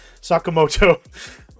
sakamoto